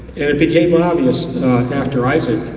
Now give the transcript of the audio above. and it became obvious after isaac,